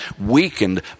weakened